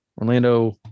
Orlando